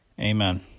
Amen